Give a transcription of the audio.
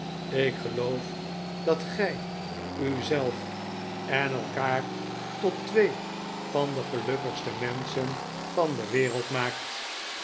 ik geloof dat gij u zelf en elkaar tot twee van de gelukkigste menschen van de wereld maakt